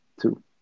Two